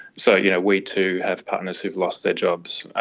so you know we too have partners who've lost their jobs,